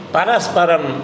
Parasparam